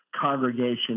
congregation